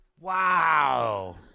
Wow